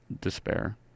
despair